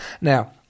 Now